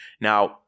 Now